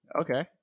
Okay